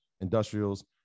industrials